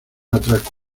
atraco